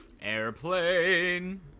Airplane